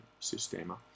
Sistema